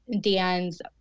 Dan's